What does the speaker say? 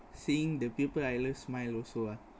seeing the people I love smile also ah